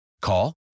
Call